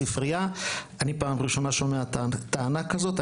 אני פעם ראשונה שומע טענה כזאת.